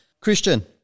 Christian